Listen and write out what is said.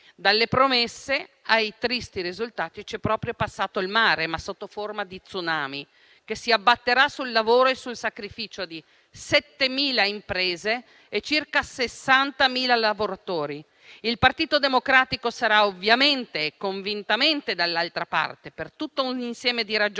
Dalle promesse ai tristi risultati ci proprio è passato il mare, ma sotto forma di *tsunami*, che si abbatterà sul lavoro e sul sacrificio di 7.000 imprese e circa 60.000 lavoratori. Il Partito Democratico sarà ovviamente e convintamente dall'altra parte per tutto un insieme di ragioni,